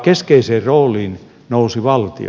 keskeiseen rooliin nousi valtio